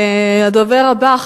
הדובר הבא,